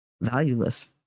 Valueless